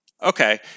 Okay